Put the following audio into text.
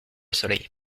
soleil